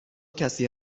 کسی